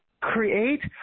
create